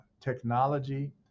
technology